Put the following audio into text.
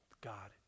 God